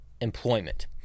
employment